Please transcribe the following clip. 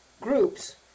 groups